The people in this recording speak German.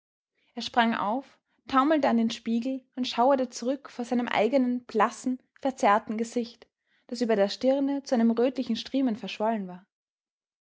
er sprang auf taumelte an den spiegel und schauerte zurück vor seinem eigenen blassen verzerrten gesicht das über der stirne zu einem rötlichen striemen verschwollen war